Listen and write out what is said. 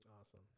Awesome